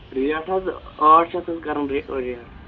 rate حظ ٲٹھ شیٚتھ حظ کَران ریٹ